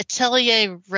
Atelier